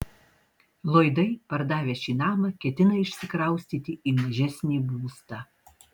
lloydai pardavę šį namą ketina išsikraustyti į mažesnį būstą